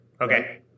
Okay